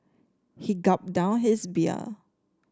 he gulped down his beer